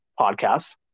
podcasts